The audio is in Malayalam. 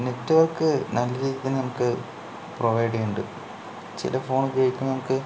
നെറ്റ്വർക്ക് നല്ല രീതിയിൽ തന്നെ നമുക്ക് പ്രൊവൈഡ് ചെയ്യുന്നുണ്ട് ചില ഫോൺ ഉപയോഗിക്കുമ്പോൾ നമുക്ക്